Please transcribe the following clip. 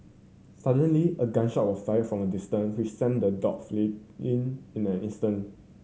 suddenly a gun shot was fired from a distance which sent the dog fled in in an instant